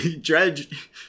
dredge